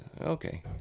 Okay